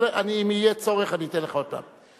אם יהיה צורך אני אתן לך עוד פעם.